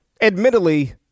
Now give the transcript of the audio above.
admittedly